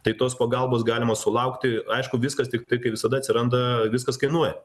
tai tos pagalbos galima sulaukti aišku viskas tiktai kai visada atsiranda viskas kainuoja